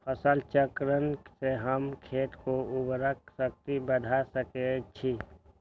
फसल चक्रण से हम खेत के उर्वरक शक्ति बढ़ा सकैछि?